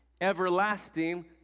Everlasting